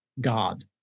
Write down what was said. God